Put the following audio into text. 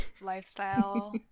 lifestyle